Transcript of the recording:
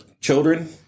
children